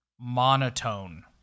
Monotone